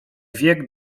wiek